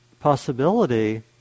possibility